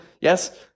Yes